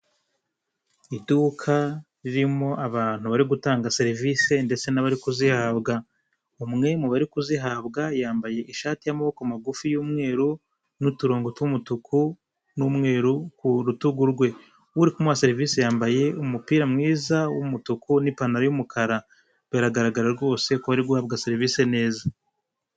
Iduka ririmo abantu bari gutanga serivisi ndetse n'abari kuzihabwa, umwe mu bari kuzihabwa yambaye ishati y'amaboko magufi y'umweru n'uturongo tw'umutuku n'umweru ku rutugu rwe, uri kumuha serivisi yambaye umupira mwiza w'umutuku n'ipantaro y'umukara biragaragara rwose ko ari guhabwa serivisi neza.